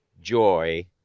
joy